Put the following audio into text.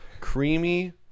creamy